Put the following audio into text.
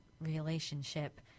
relationship